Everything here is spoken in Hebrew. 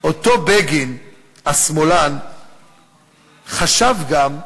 אותו בגין השמאלן חשב גם,